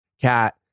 cat